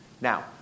Now